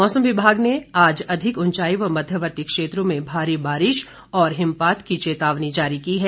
मौसम विभाग ने आज अधिक उंचाई व मध्यवर्ती क्षेत्रों में भारी बारिश और हिमपात की चेतावनी जारी की है